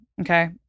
Okay